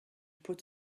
put